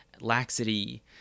laxity